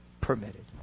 permitted